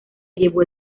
llevó